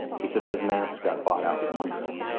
he said, does mascotte bought out from under him?